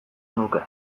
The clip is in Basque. nuke